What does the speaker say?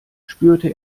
spürte